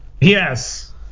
yes